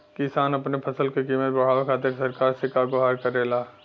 किसान अपने फसल क कीमत बढ़ावे खातिर सरकार से का गुहार करेला?